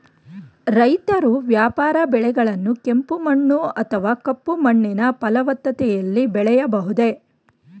ರೈತರು ವ್ಯಾಪಾರ ಬೆಳೆಗಳನ್ನು ಕೆಂಪು ಮಣ್ಣು ಅಥವಾ ಕಪ್ಪು ಮಣ್ಣಿನ ಫಲವತ್ತತೆಯಲ್ಲಿ ಬೆಳೆಯಬಹುದೇ?